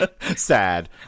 Sad